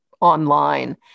online